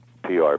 PR